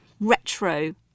retro